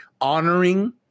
honoring